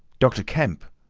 doctor kemp,